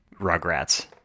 Rugrats